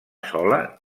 sola